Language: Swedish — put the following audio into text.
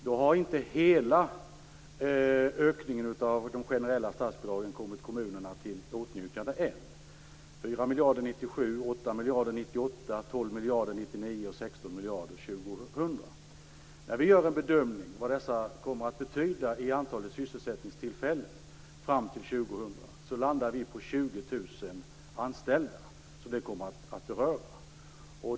Då har inte hela ökningen av de generella statsbidragen kommit i åtnjutande hos kommunerna än - 4 miljarder kronor 1997, 8 miljarder kronor När vi gör en bedömning av vad detta kommer att betyda i antal sysselsättningstillfällen fram till år 2000 landar vi på att 20 000 anställda kommer att beröras.